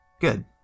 Good